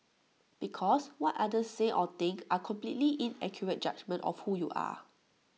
because what others say or think are completely inaccurate judgement of who you are